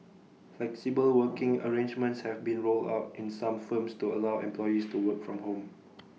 flexible working arrangements have been rolled out in some firms to allow employees to work from home